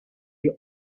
your